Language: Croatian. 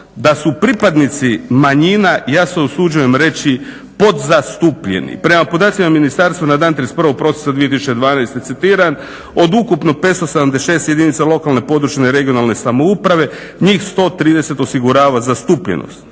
da su pripadnici manjina ja se usuđujem reći pod zastupljeni. Prema podacima ministarstva na dan 31.prosinca 2012.citiram od ukupno 576 jedinica lokalne, područne i regionalne samouprave njih 130 osigurava zastupljenost,